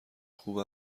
خوب